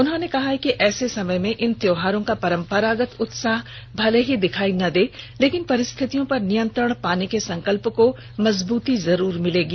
उन्होंने कहा कि ऐसे में इन त्योहारों का परंपरागत उत्साह भले ही दिखाई न दें लेकिन परिस्थितियों पर नियंत्रण पाने के संकल्प को मजबूती जरूर मिलेगी